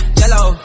yellow